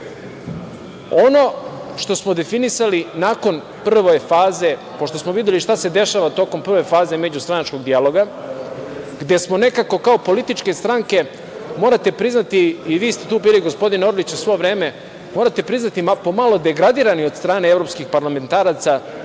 što smo definisali nakon prve faze, pošto smo videli šta se dešava tokom prve faze međustranačkog dijaloga, gde smo nekako kao političke stranke, morate priznati i vi ste tu bili gospodine Orliću svo vreme, morate priznati po malo degradirani od strane evropskih parlamentaraca